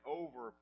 over